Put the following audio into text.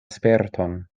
sperton